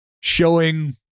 showing